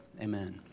Amen